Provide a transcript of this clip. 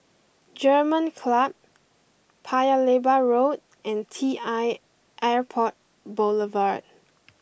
German Club Paya Lebar Road and T I Airport Boulevard